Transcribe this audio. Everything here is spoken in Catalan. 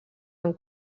amb